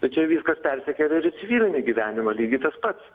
tai čia viskas persikelia ir į civilinį gyvenimą lygiai tas pats